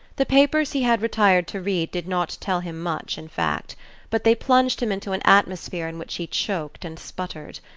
the papers he had retired to read did not tell him much in fact but they plunged him into an atmosphere in which he choked and spluttered.